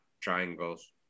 triangles